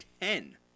ten